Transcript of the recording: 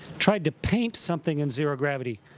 tried to paint something in zero gravity.